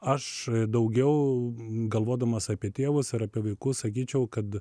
aš daugiau galvodamas apie tėvus ar apie vaikus sakyčiau kad